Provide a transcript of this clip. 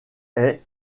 est